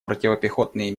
противопехотные